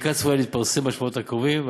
הבדיקה צפויה להתפרסם בשבועות הקרובים.